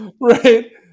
right